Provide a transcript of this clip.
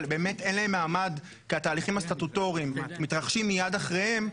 אבל אין להם מעמד כי התהליכים הסטטוטוריים מתרחשים מיד אחריהם,